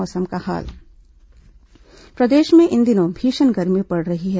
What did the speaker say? मौसम प्रदेश में इन दिनों भीषण गर्मी पड़ रही है